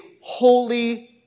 holy